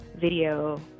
video